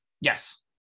yes